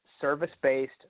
service-based